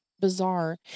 Bizarre